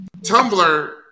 Tumblr